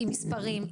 עם מספרים,